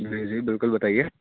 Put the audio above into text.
جی جی بالکل بتائیے